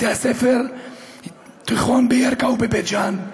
בתי הספר התיכון בירכא ובבית ג'ן,